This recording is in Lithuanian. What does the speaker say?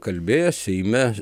kalbėjo seime